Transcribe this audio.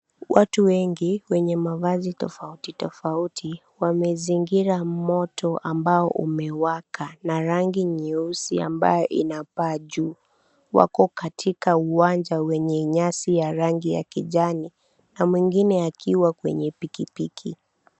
Watu wengi wenye mavazi tofauti tofauti wamezingira moto ambao umewaka na rangi nyeusi ambayo unapaa juu. Wako katika uwanja wenye nyasi ya rangi ya kijani na mwengine akiwa kwenye pikipiki.